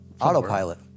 Autopilot